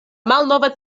malnova